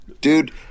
dude